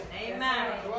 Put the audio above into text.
Amen